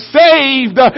saved